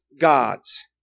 gods